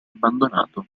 abbandonato